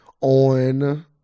on